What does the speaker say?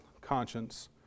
conscience